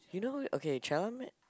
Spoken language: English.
you know okay Chalamet